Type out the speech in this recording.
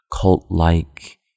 cult-like